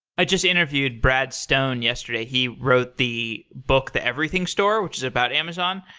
i just interviewed brad stone yesterday. he wrote the book, the everything store, which is about amazon.